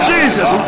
Jesus